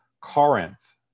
Corinth